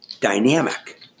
dynamic